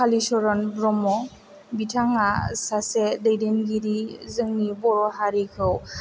कालिचरन ब्रह्म बिथाङा सासे दैदेनगिरि जोंनि बर' हारिखौ